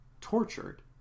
tortured